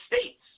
states